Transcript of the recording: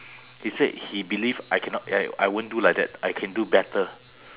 he said he believe I cannot I I won't do like that I can do better